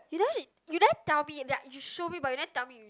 you never sh~ you never tell me that you show me but you never tell me you